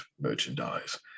merchandise